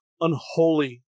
unholy